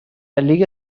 لیگ